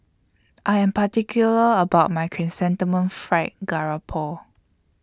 I Am particular about My Chrysanthemum Fried Garoupo